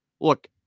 Look